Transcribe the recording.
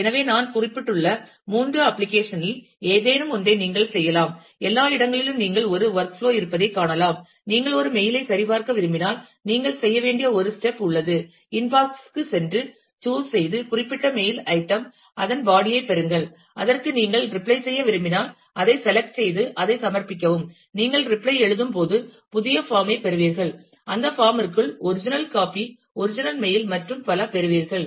எனவே நான் குறிப்பிட்டுள்ள 3 அப்ளிகேஷன் இல் ஏதேனும் ஒன்றை நீங்கள் செய்யலாம் எல்லா இடங்களிலும் நீங்கள் ஒரு வொர்க் புளோ இருப்பதைக் காணலாம் நீங்கள் ஒரு மெயில் ஐ சரிபார்க்க விரும்பினால் நீங்கள் செய்ய வேண்டிய ஒரு ஸ்டெப் உள்ளது இன்பாக்ஸுக்குச் சென்று சூஸ் செய்து குறிப்பிட்ட மெயில் ஐட்டம் அதன் பாடி ஐ பெறுங்கள் அதற்கு நீங்கள் ரிப்ளை செய்ய விரும்பினால் அதைத் செலக்ட் செய்து அதைச் சமர்ப்பிக்கவும் நீங்கள் ரிப்ளை எழுதும்போது புதிய பாம் ஐ பெறுவீர்கள் அந்த பாம் ற்குள் ஒரிஜினல் காப்பி ஒரிஜினல் மெயில் மற்றும் பல பெறுவீர்கள்